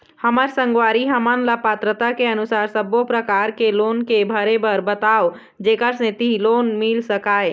हमर संगवारी हमन ला पात्रता के अनुसार सब्बो प्रकार के लोन के भरे बर बताव जेकर सेंथी लोन मिल सकाए?